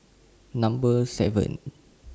Number seven